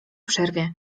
przerwie